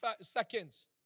seconds